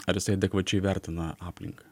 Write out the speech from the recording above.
ar jisai adekvačiai vertina aplinką